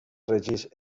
regeix